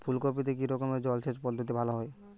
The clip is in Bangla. ফুলকপিতে কি রকমের জলসেচ পদ্ধতি ভালো হয়?